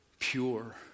Pure